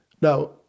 Now